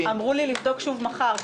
אמרו לי לבדוק שוב מחר,